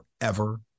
forever